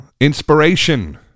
inspiration